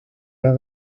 der